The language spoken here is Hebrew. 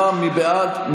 אין לך שום כבוד גם לבית הזה,